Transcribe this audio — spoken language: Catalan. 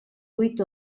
vuit